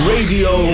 Radio